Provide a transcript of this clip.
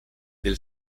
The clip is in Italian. del